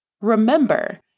Remember